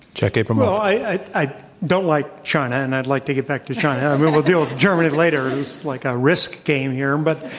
jack abramoff. um well, i i don't like china, and i'd like to get back to china. we'll deal with germany later. it's like a risk game here. but